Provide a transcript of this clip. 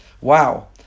Wow